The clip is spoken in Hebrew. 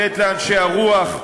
לתת לאנשי הרוח,